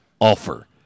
offer